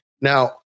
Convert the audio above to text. Now